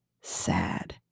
sad